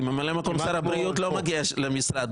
כי ממלא מקום שר הבריאות לא מגיע למשרד,